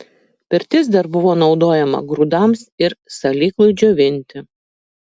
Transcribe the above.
pirtis dar buvo naudojama grūdams ir salyklui džiovinti